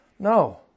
No